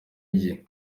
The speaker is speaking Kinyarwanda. igihe